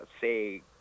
say